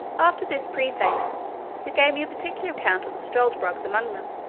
after this preface, he gave me a particular account of the struldbrugs among them.